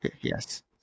Yes